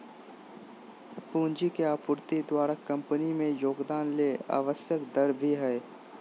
पूंजी के आपूर्ति द्वारा कंपनी में योगदान ले आवश्यक दर भी हइ